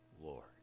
Lord